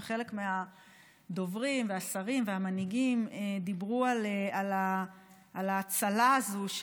וחלק מהדוברים והשרים והמנהיגים דיברו על ההצלה הזו,